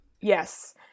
Yes